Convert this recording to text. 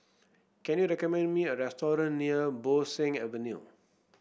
can you recommend me a restaurant near Bo Seng Avenue